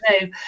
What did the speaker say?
no